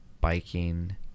biking